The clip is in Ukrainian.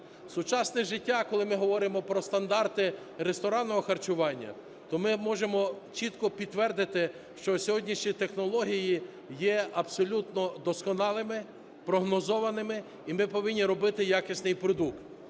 Сучасне життя, коли ми говоримо про стандарти ресторанного харчування, то ми можемо чітко підтвердити, що сьогоднішні технології є абсолютно досконалими, прогнозованими, і ми повинні робити якісний продукт.